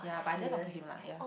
yeah but I didn't talk to him lah yeah